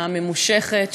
הממושכת,